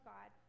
God